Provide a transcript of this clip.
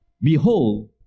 Behold